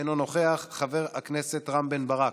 אינו נוכח, חבר הכנסת רם בן ברק,